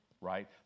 Right